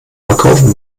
verkaufen